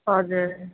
हजुर